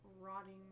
rotting